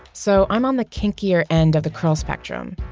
so i'm on the kinkier end of the curl spectrum.